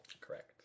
correct